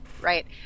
Right